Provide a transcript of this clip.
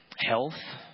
health